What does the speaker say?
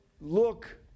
look